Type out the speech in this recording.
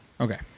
Okay